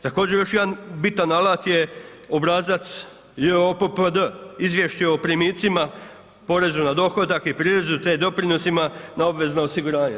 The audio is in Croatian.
Također još jedan bitan alat je obrazac JOPPD, izvješće o primicima poreza na dohodak i prirezu, te doprinosima na obvezna osiguranja.